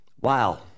Wow